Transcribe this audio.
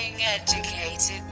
educated